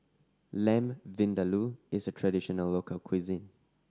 Lamb Vindaloo is a traditional local cuisine